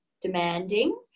demanding